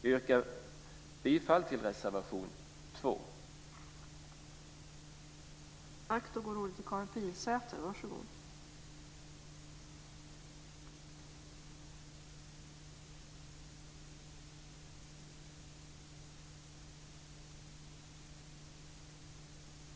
Jag yrkar bifall till reservation 2.